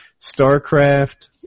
StarCraft